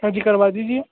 हाँ जी करवा दीजिए